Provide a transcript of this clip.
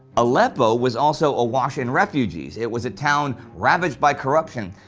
aleppo was also awash in refugees, it was a town ravaged by corruption,